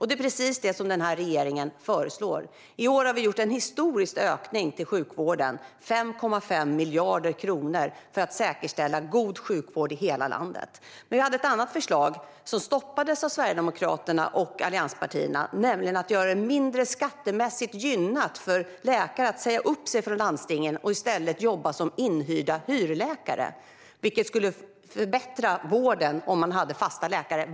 Det är precis detta regeringen föreslår. I år har vi gjort en historisk ökning av anslaget till sjukvården, 5,5 miljarder kronor, för att säkerställa god sjukvård i hela landet. Vi hade dock ett annat förslag, vilket stoppades av Sverigedemokraterna och allianspartierna, nämligen att göra det mindre skattemässigt gynnsamt för läkare att säga upp sig från landstingen och i stället jobba som inhyrda hyrläkare. Det skulle förbättra vården om man hade fasta läkare.